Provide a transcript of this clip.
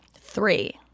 three